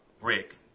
Rick